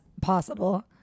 possible